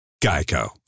Geico